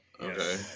Okay